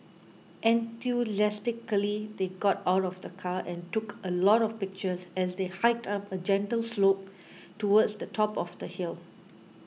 enthusiastically they got out of the car and took a lot of pictures as they hiked up a gentle slope towards the top of the hill